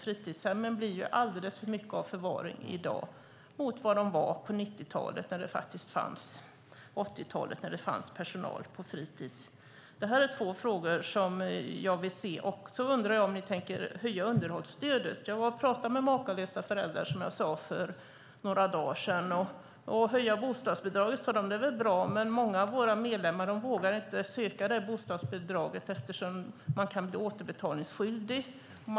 Fritidshemmen är i dag alldeles för mycket av förvaring jämfört med hur det var på 80 och 90-talen då det fanns personal på fritis. Det är två frågor som jag gärna vill höra hur ni ser på. Dessutom undrar jag om ni tänker höja underhållsstödet. Som jag sade var jag och talade med Makalösa föräldrar för några dagar sedan. Att höja bostadsbidraget är väl bra, sade de, men många av deras medlemmar vågar inte söka bostadsbidrag eftersom de kan bli återbetalningsskyldiga.